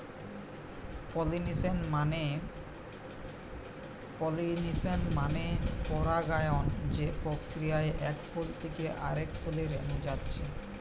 pollination মানে পরাগায়ন যে প্রক্রিয়ায় এক ফুল থিকে আরেক ফুলে রেনু যাচ্ছে